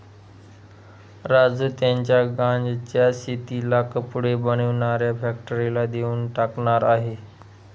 राजू त्याच्या गांज्याच्या शेतीला कपडे बनवणाऱ्या फॅक्टरीला देऊन टाकणार आहे